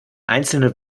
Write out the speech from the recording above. einzelne